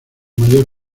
mayor